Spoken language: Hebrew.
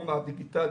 הפלטפורמה הדיגיטלית.